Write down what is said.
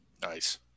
Nice